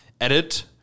edit